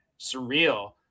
Surreal